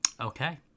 Okay